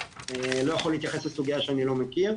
אני לא יכול להתייחס לסוגיה שאני לא מכיר.